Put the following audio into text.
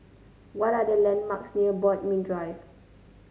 what are the landmarks near Bodmin Drive